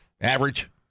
average